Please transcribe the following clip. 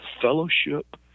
fellowship